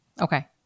Okay